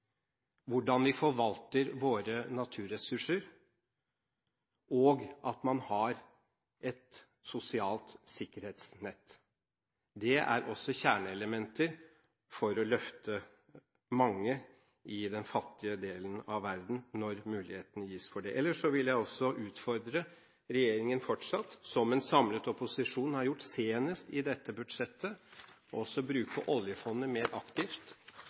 hvordan vi forvalter våre naturressurser og at man har et sosialt sikkerhetsnett. Det er også kjerneelementer for å løfte mange i den fattige delen av verden når muligheten gis for det. Ellers vil jeg også utfordre regjeringen, som en samlet opposisjon har gjort senest i dette budsjettet, til å bruke oljefondet mer aktivt,